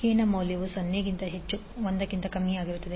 K ನ ಮೌಲ್ಯವು 0≤k≤1 ಆಗಿರುತ್ತದೆ